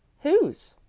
whose?